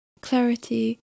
clarity